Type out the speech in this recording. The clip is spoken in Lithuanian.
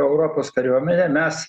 europos kariuomenę mes